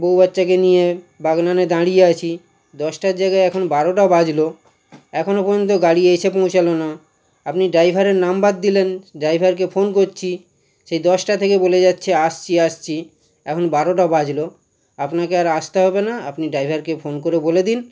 বউ বাচ্চাকে নিয়ে বাগনানে দাঁড়িয়ে আছি দশটার জায়গায় এখন বারোটা বাজলো এখনো পর্যন্ত গাড়ি এসে পৌঁছালো না আপনি ড্রাইভারের নাম্বার দিলেন ড্রাইভারকে ফোন করছি সেই দশটা থেকে বলে যাচ্ছে আসছি আসছি এখন বারোটা বাজলো আপনাকে আর আসতে হবে না আপনি ড্রাইভারকে ফোন করে বলে দিন